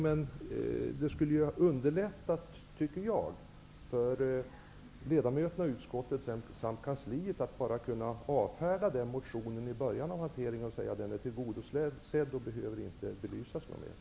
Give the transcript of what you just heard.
Jag tycker dock att det skulle ha underlättat för ledamöterna i utskottet samt för kansliet om man hade avfärdat motionen i början av hanteringen och sagt att den är tillgodosedd och inte behöver belysas ytterligare.